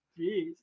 Jeez